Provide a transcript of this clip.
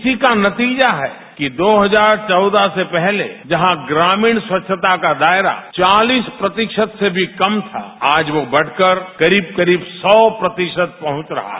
इसी का नतीजा है कि दो हजार चौदह से पहले जहां ग्रामीण स्वच्छता का दायरा चालीस प्रतिशत से भी कम था आज वह बढ़ कर करीब करीब सौ प्रतिशत हो गया है